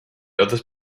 others